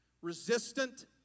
Resistant